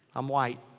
i'm white.